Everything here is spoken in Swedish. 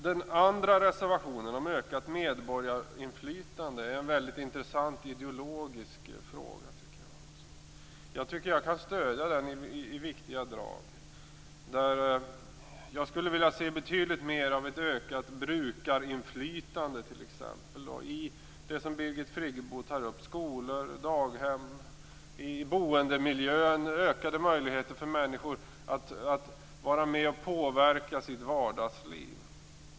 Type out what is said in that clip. Den andra reservationen om ökat medborgarinflytande är en mycket intressant ideologisk fråga. Jag kan stödja den i viktiga delar. Jag skulle vilja se betydligt mer av ett ökat brukarinflytande t.ex. i det som Birgit Friggebo tog upp, nämligen skolor, daghem, boendemiljön och ökade möjligheter för människor att vara med och påverka sitt vardagsliv.